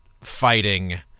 fighting